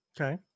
Okay